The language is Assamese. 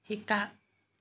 শিকা